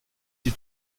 sie